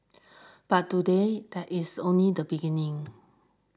but today that is only the beginning